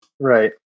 Right